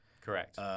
Correct